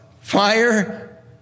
fire